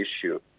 issue